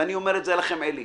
ואני אומר לך עלי בינג,